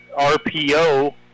RPO